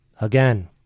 Again